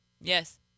Yes